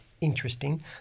interesting